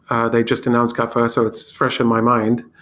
ah they just announced kafka. so it's fresh in my mind.